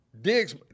digs